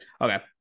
Okay